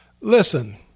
Listen